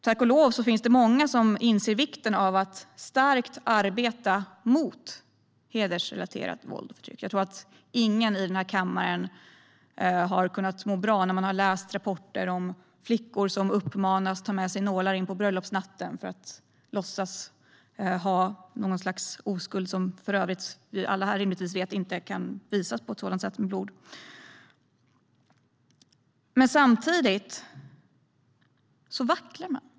Tack och lov finns det många som inser vikten av att med kraft arbeta mot hedersrelaterat våld och förtryck. Jag tror att ingen i den här kammaren har mått bra av att läsa rapporter om flickor som uppmanas ta med sig nålar på bröllopsnatten för att låtsas ha något slags oskuld, vilket vi alla här inne för övrigt rimligtvis vet inte kan visas med blod på ett sådant sätt. Samtidigt vacklar man.